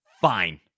Fine